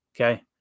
Okay